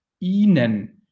Ihnen